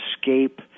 escape –